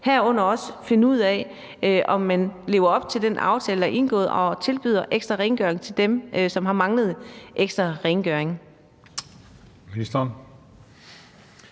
herunder også finde ud af, om man lever op til den aftale, der er indgået, og tilbyder ekstra rengøring til dem, som har manglet ekstra rengøring.